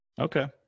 Okay